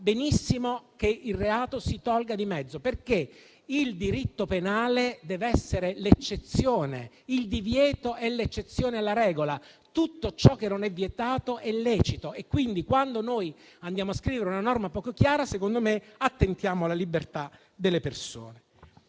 Benissimo: che allora il reato si tolga di mezzo, perché il diritto penale dev'essere l'eccezione e il divieto è l'eccezione alla regola. Tutto ciò che non è vietato è lecito, quindi quando andiamo a scrivere una norma poco chiara, secondo me, attentiamo alla libertà delle persone.